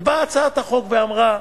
באה הצעת החוק ואמרה: